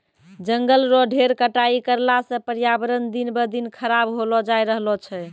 जंगल रो ढेर कटाई करला सॅ पर्यावरण दिन ब दिन खराब होलो जाय रहलो छै